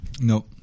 no